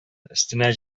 өстенә